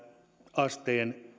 asteen